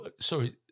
Sorry